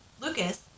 Lucas